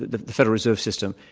the federal reserve system,